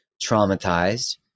traumatized